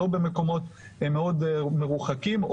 לא במקומות מאוד מרוחקים,